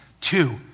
Two